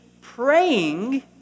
praying